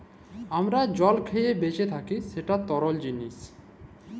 আমরা জল খাঁইয়ে বাঁইচে থ্যাকি যেট তরল জিলিস